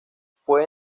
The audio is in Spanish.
fue